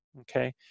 okay